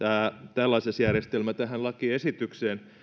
tällaisesta järjestelmästä tähän lakiesitykseen nähden